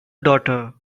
daughter